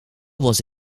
was